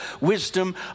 wisdom